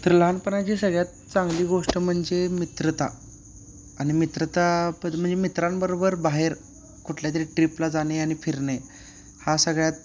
तर लहानपणाची सगळ्यात चांगली गोष्ट म्हणजे मित्रता आणि मित्रता प म्हणजे मित्रांबरोबर बाहेर कुठल्यातरी ट्रिपला जाणे आणि फिरणे हा सगळ्यात